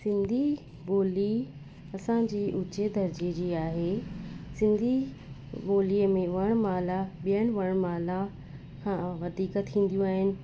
सिंधी ॿोली असांजे उचे दर्जे जी आहे सिंधी ॿोलीअ में वणमाला ॿियनि वणमाला खां वधीक थींदियूं आहिनि